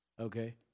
Okay